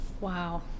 wow